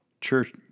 Church